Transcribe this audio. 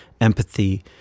empathy